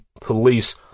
police